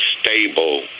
stable